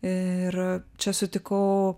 ir čia sutikau